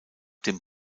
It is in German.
dem